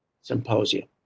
symposium